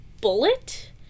bullet